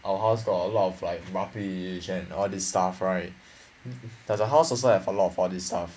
our house got a lot of like multi-religion and all these stuff right like the house also have a lot of all these stuff